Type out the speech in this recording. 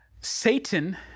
Satan